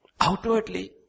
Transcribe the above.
Outwardly